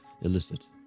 illicit